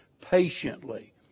patiently